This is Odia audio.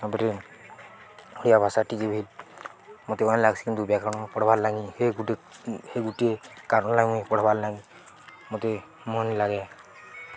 ତାପରେ ଓଡ଼ିଆ ଭାଷା ଟିକେ ଭି ମତେ ଅନ୍ ଲାଗ୍ସି କିନ୍ତୁ ବ୍ୟାକ ପଢ଼୍ବାର୍ ଲାଗି ହେ ଗୁଟେ ହେ ଗୁଟେ କାରଣ ଲୁଁ ପଢ଼୍ବାର୍ ଲାଗି ମୋତେ ମନ ଲାଗେ